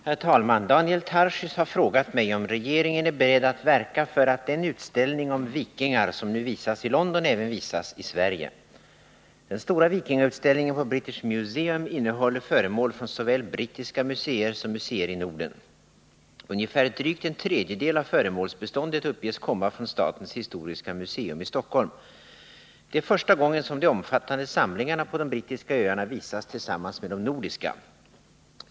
Herr talman! Daniel Tarschys har frågat mig om regeringen är beredd att verka för att den utställning om vikingar som nu visas i London även visas i Sverige. Den stora vikingautställningen på British Museum innehåller föremål från såväl brittiska museer som museer i Norden. Drygt en tredjedel av föremålsbeståndet uppges komma från statens historiska museum i Stockholm. Det är första gången som de omfattande samlingarna på de brittiska öarna visas tillsammans med de nordiska.